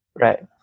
Right